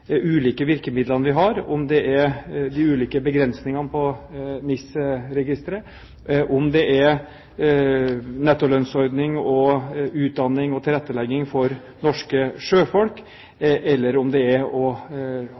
ulike virkemidlene vi har, om det er de ulike begrensningene på NIS-registeret, om det er nettolønnsordning, utdanning og tilrettelegging for norske sjøfolk, eller om det er å